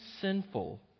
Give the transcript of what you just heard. sinful